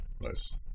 Nice